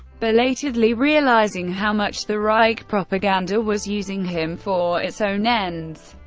belatedly realising how much the reich propaganda was using him for its own ends.